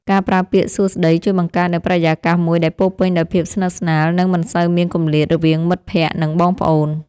ការប្រើពាក្យសួស្តីជួយបង្កើតនូវបរិយាកាសមួយដែលពោរពេញដោយភាពស្និទ្ធស្នាលនិងមិនសូវមានគម្លាតរវាងមិត្តភក្តិនិងបងប្អូន។